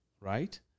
right